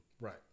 Right